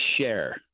share